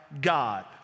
God